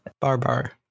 Barbar